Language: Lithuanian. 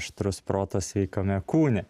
aštrus protas sveikame kūne